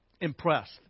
impressed